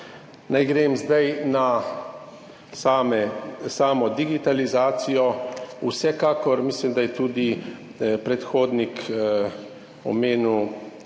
Naj grem zdaj na samo digitalizacijo. Vsekakor mislim, da je tudi predhodnik omenil,